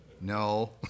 No